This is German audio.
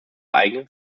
eigenen